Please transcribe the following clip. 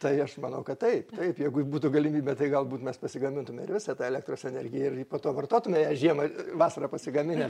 tai aš manau kad taip taip jeigu būtų galimybė tai galbūt mes pasigamintume ir visą tą elektros energiją ir po to vartotume ją žiemą vasarą pasigaminę